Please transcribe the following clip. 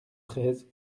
treize